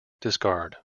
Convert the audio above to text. discard